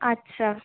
আচ্ছা